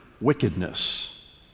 wickedness